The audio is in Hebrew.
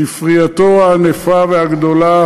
ספרייתו הענפה והגדולה,